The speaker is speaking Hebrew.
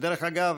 שדרך אגב,